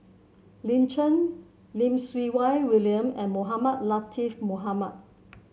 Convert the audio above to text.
Lin Chen Lim Siew Wai William and Mohamed Latiff Mohamed